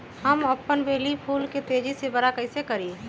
हम अपन बेली फुल के तेज़ी से बरा कईसे करी?